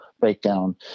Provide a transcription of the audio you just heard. breakdown